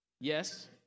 yes